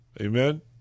Amen